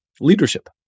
Leadership